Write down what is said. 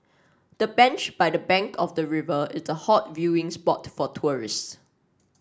the bench by the bank of the river is a hot viewing spot for tourists